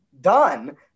Done